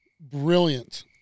brilliant